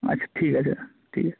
আচ্ছা ঠিক আছে ঠিক আছে